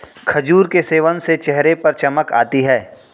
खजूर के सेवन से चेहरे पर चमक आती है